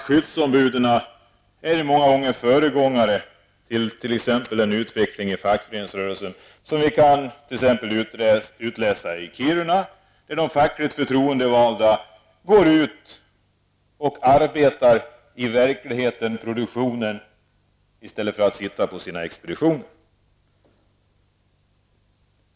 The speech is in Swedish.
Skyddsombuden är många gånger föregångare till den utveckling av fackföreningsrörelsen som vi kan utläsa t.ex. i Kiruna, där de fackligt förtroendevalda arbetar i produktionen i stället för att sitta på sina expeditioner.